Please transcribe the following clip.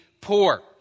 poor